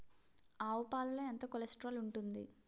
ఆవు పాలలో ఎంత కొలెస్ట్రాల్ ఉంటుంది?